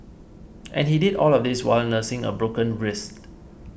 and he did all of this while nursing a broken wrist